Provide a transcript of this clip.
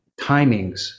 timings